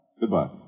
Goodbye